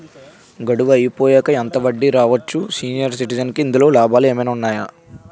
గడువు అయిపోయాక ఎంత వడ్డీ రావచ్చు? సీనియర్ సిటిజెన్ కి ఇందులో లాభాలు ఏమైనా ఉన్నాయా?